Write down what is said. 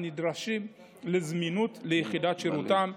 הנדרשים לזמינות ביחידת שירותם,